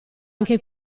anche